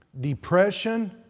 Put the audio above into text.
depression